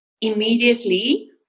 immediately